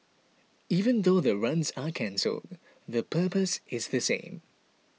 even though the runs are cancelled the purpose is the same